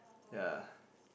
ya